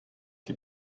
die